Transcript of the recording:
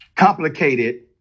Complicated